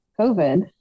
COVID